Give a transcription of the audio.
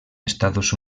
estados